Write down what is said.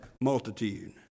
multitude